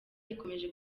ikomeje